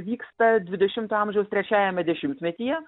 vyksta dvidešimto amžiaus trečiajame dešimtmetyje